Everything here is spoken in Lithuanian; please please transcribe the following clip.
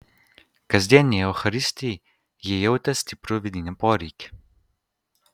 kasdienei eucharistijai ji jautė stiprų vidinį poreikį